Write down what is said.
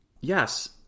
Yes